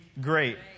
great